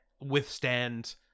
withstand